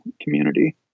community